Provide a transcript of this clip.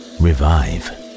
revive